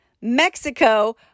Mexico